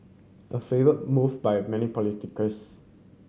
a favoured move by many politicians